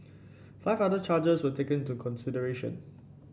five other charges were taken into consideration